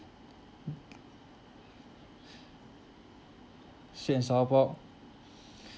sweet and sour pork